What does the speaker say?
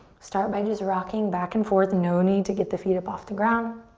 start by just rocking back and forth, no need to get the feet up off the ground.